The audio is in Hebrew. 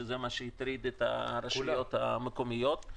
שזה מה שהטריד את הרשויות המקומיות.